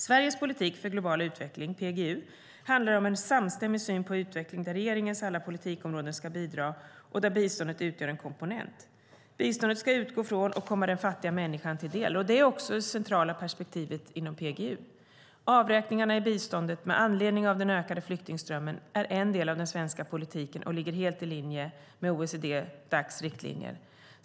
Sveriges politik för global utveckling, PGU, handlar om en samstämmig syn på utveckling där regeringens alla politikområden ska bidra och där biståndet utgör en komponent. Biståndet ska utgå ifrån och komma den fattiga människan till del. Det är också det centrala perspektivet inom PGU. Avräkningarna från biståndet, med anledning av den ökade flyktingströmmen, är en del av den svenska politiken och ligger helt i linje med OECD/Dacs riktlinjer.